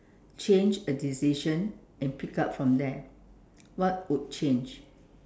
change a decision and pick up from there what would change